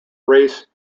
race